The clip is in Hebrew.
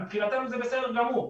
מבחינתנו זה בסדר גמור,